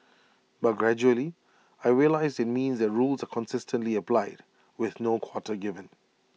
but gradually I realised IT means that rules are consistently applied with no quarter given